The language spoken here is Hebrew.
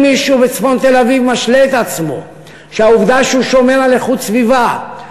אם מישהו בצפון תל-אביב משלה את עצמו שהעובדה שהוא שומר על איכות סביבה,